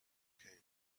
came